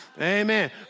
Amen